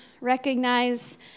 recognize